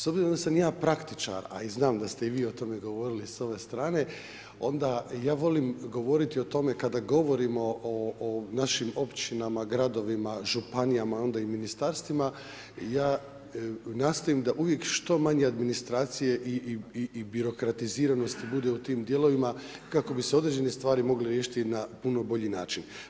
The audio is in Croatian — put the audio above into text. S obzirom da sam ja praktičar a i znam da ste i vi o tome govorili s ove strane onda ja volim govoriti o tome kada govorimo o našim općinama, gradovima, županijama a onda i ministarstvima ja nastojim da uvijek što manje administracije i birokratiziranosti bude u tim dijelovima kako bi se određene stvari mogle riješiti i na puno bolji način.